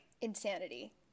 insanity